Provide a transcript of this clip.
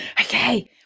Okay